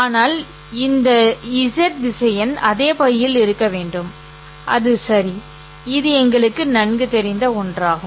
ஆனால் இந்த vez திசையன் அதே பையில் இருக்க வேண்டும் அது சரி இது எங்களுக்கு நன்கு தெரிந்த ஒன்றாகும்